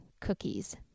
cookies